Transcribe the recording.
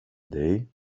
dig